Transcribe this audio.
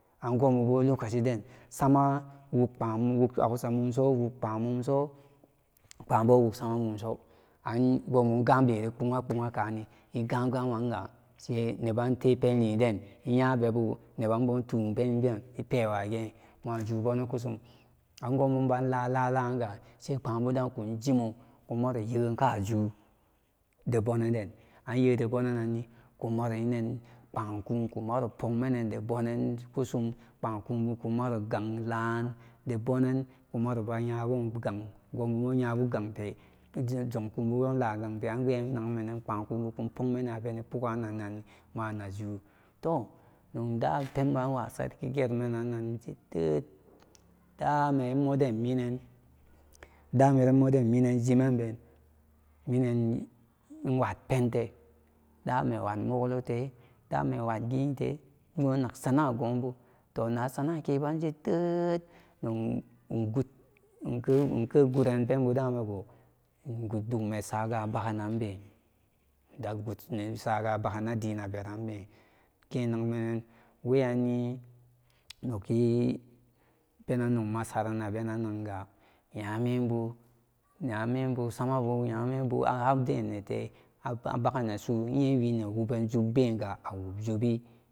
Angobubo lokacidan sama wogpáán mum wog hausa mumso wog páánmumso páábo wog sama mumsu an gobu gambe puwa puwakani igamangam manga sai nebate penliden iya vebu iban bo itu penliden ipewage majumbuni kusum ba lalaranga sai páá buda kunjimo kumaroge kaju debóó nen den anyede bone-ndenanni kummaroyinen páán ku kuma ru póógmende bóónen kasum páá kabuku maruro gang láá debóónen kumaro yabun gang gobobo yabu ganpe junkububo iláá bamberambe iku poogmemo abeni póógan nanni manasu toh nonda penanna sarki gerumen nanni sarki geromji ded damen moden minen moden minan jimenben minan pwat pente dame pwat molote dame pwat gite ino nag sanáá gobu toh na sanake baje ded nog ike ike goran penbudanego igudugme saga bagannanbe sagana dinaberanbe genagme nen weyanni noki penan nogmasaran abenanga masaran nyamenbu nyamembu sama nyamembu ahabdinnete abaga nensu iyewine bagan jubbega wobjubwe.